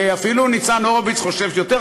ואפילו ניצן הורוביץ חושב שיותר.